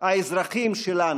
האזרחים שלנו,